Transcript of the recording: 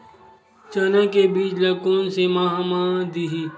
चना के बीज ल कोन से माह म दीही?